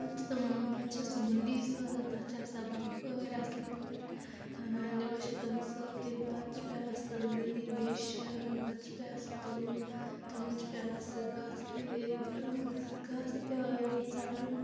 پتہٕ چھِ تِم پتہٕ چھِ سُہ منڈی سوٗزان تتھ چھِ آسان باپٲرۍ اصٕل پٲٹھۍ ٲں نِوان چھِ تِم سُہ تمہِ پتہٕ چھُ پیٚوان سُہ زمیٖن بیٚیہِ شیرُن پتہٕ چھِ پیٚوان سُہ تُلُن تِمن چھِ پیٚوان سُہ گاسہِ أنٛدۍ أنٛدۍ اۭں گاسہٕ پیٚوان أنٛدۍ أنٛدۍ ژٹُن